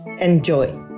enjoy